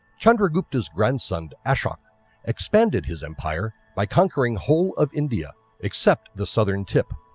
chandragupta's grandson ashok expanded his empire by conquering whole of india except the southern tip.